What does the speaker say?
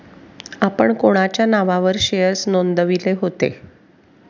आपण कोणाच्या नावावर शेअर्स नोंदविले होते?